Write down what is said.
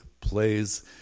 plays